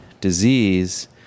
disease